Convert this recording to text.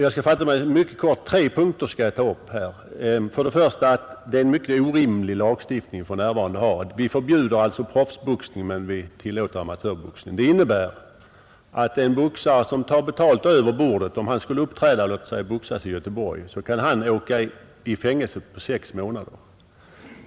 Jag skall fatta mig mycket kort och bara ta upp tre punkter. För det första har vi en högst orimlig lagstiftning. Vi förbjuder proffsboxning men vi tillåter amatörboxning. Det innebär att en boxare, som tar betalt över bordet och uppträder vid boxning kan åka i fängelse på sex månader.